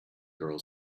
girl